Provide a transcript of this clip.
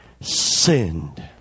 sinned